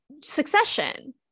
Succession